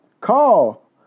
call